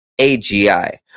AGI